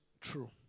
true